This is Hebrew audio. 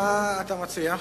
מה אתה מציע?